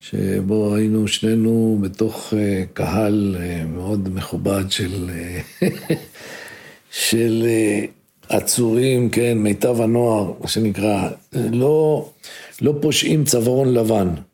שבו היינו שנינו בתוך קהל מאוד מכובד של עצורים, כן, מיטב הנוער, כמו שנקרא, לא פושעים צווארון לבן.